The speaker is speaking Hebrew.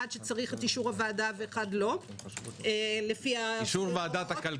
אחד שצריך את אישור הוועדה ואחד לא לפי הוראות החוק